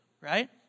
right